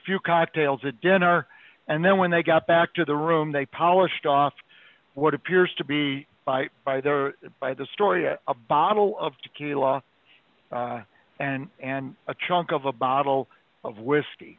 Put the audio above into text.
few cocktails a dinner and then when they got back to the room they polished off what appears to be by the by the story of a bottle of tequila and and a chunk of a bottle of whiskey